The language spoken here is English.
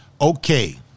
Okay